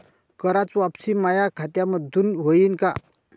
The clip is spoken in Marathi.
कराच वापसी माया खात्यामंधून होईन का?